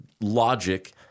logic